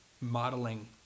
modeling